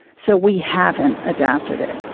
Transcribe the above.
so we haven't adapted it.